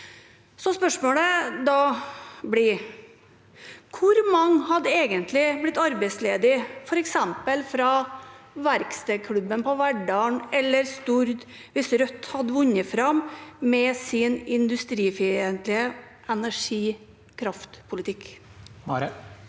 spørsmålet blir da: Hvor mange hadde egentlig blitt arbeidsledig, f.eks. fra verkstedklubben på Verdal eller Stord, hvis Rødt hadde vunnet fram med sin industrifiendtlige energi- og kraftpolitikk?